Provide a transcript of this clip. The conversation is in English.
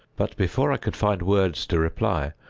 but, before i could find words to reply,